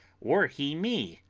or he me.